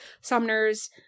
Sumners